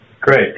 Great